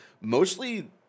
mostly